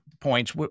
points